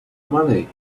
money